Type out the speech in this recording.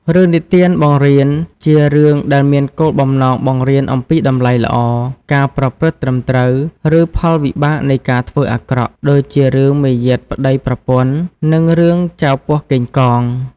រឿងនិទានបង្រៀនជារឿងដែលមានគោលបំណងបង្រៀនអំពីតម្លៃល្អ ការប្រព្រឹត្តត្រឹមត្រូវ ឬផលវិបាកនៃការធ្វើអាក្រក់ ដូចជា រឿងមាយាទប្ដីប្រពន្ធ នឹង រឿងចៅពស់កេងកង ។